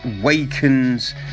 awakens